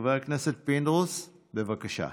חבר הכנסת פינדרוס, בבקשה.